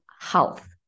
health